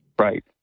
Right